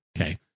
Okay